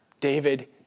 David